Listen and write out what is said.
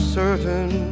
certain